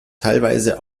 teilweise